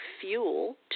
fuel